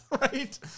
right